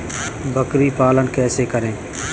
बकरी पालन कैसे करें?